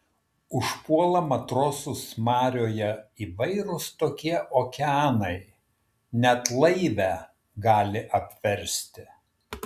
užpuola matrosus marioje įvairūs tokie okeanai net laivę gali apversti